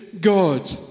God